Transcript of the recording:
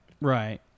Right